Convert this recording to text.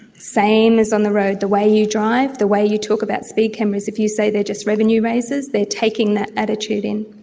same as on the road. the way you drive, the way you talk about speed cameras, if you say they are just revenue raisers, they are taking that attitude in.